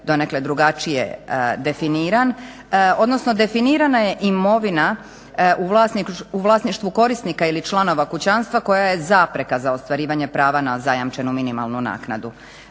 donekle drugačije definiran odnosno definirana je imovina u vlasništvu korisnika ili članova kućanstva koja je zapreka za ostvarivanje prava na zajamčenu minimalnu naknadu.